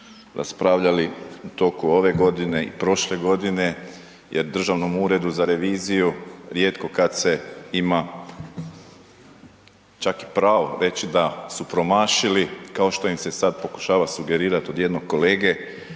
raspravljali u toku ove godine i prošle godine jer Državnom uredu za reviziju rijetko kad se ima čak i pravo reći da su promašili, kao što im se sad pokušava sugerirati od jednog kolege